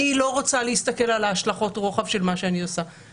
שאת לא רוצה להסתכל על השלכות הרוחב של מה שאת עושה,